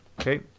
Okay